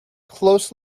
close